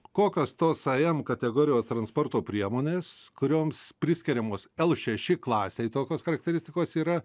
kokios tos a m kategorijos transporto priemonės kurioms priskiriamos l šeši klasei tokios charakteristikos yra